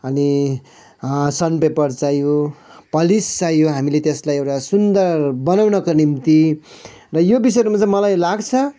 अनि sign paper चाहियो polish चाहियो हामीले त्यसलाई एउटा सुन्दर बनाउनको निम्ति र यो विषयहरूमा चाहिँ मलाई लाग्छ